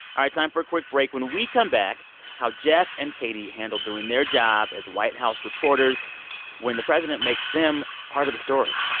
time for a quick break. when we come back how geoff and katie handle doing their job as white house reporters when the president makes them part of the story.